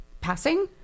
passing